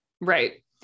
Right